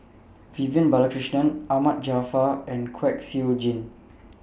Vivian Balakrishnan Ahmad Jaafar and Kwek Siew Jin